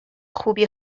خوبی